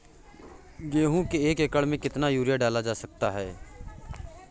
गेहूँ के एक एकड़ में कितना यूरिया डाला जाता है?